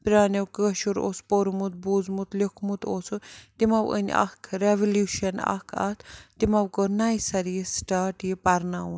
پرٛانیو کٲشُر اوس پوٚرمُت بوٗزمُت لیوٚکھمُت اوسُکھ تِمو أنۍ اَکھ رٮ۪وَلیوٗشَن اَکھ اَتھ تِمو کوٚر نَیہِ سَرٕ یہِ سِٹاٹ یہِ پَرناوُن